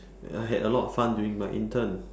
I had a lot of fun during my intern